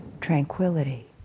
tranquility